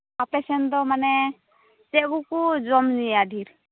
ᱟᱯᱮ ᱥᱮᱱᱫᱚ ᱢᱟᱱᱮ ᱪᱮᱫ ᱠᱚᱠᱚ ᱡᱚᱢ ᱧᱩᱭᱟ ᱰᱷᱮᱨ